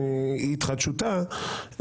עם אי התחדשותה,